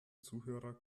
zuhörer